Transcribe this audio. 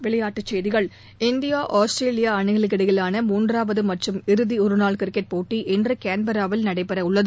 விளையாட்டுச் செய்திகள் India Australia அணிகளுக்கிடையிவான மூன்றாவது மற்றும் கடைசி ஒருநாள் கிரிக்கெட் போட்டி இன்று கான்பெராவில் நடைபெற உள்ளது